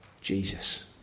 Jesus